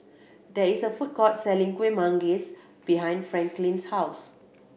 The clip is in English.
there is a food court selling Kuih Manggis behind Franklin's house